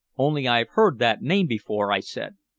only i've heard that name before, i said.